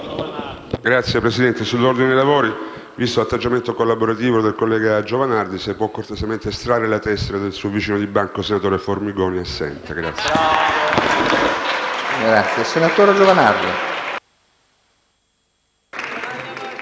intervengo sull'ordine dei lavori. Visto l'atteggiamento collaborativo del collega Giovanardi, chiedo se può cortesemente estrarre la tessera del suo vicino di banco, senatore Formigoni, assente.